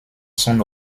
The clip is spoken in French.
son